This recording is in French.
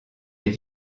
est